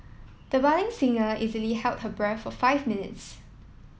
the budding singer easily held her breath for five minutes